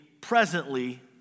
presently